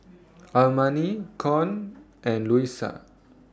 Armani Con and Luisa